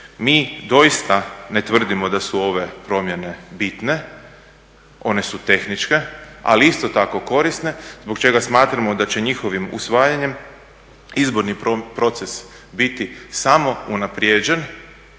Mi doista ne tvrdimo da su ove promjene bitne. One su tehničke, ali isto tako korisne zbog čega smatramo da će njihovim usvajanjem izborni proces biti samo unaprijeđen